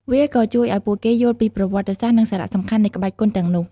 វាក៏ជួយឲ្យពួកគេយល់ពីប្រវត្តិសាស្រ្ត និងសារៈសំខាន់នៃក្បាច់គុនទាំងនោះ។